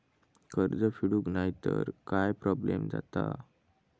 कर्ज फेडूक नाय तर काय प्रोब्लेम जाता?